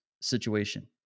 situation